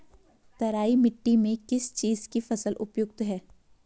तराई मिट्टी में किस चीज़ की फसल उपयुक्त है?